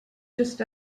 just